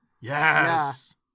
Yes